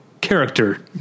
character